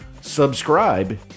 Subscribe